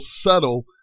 subtle